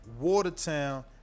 Watertown